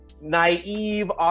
naive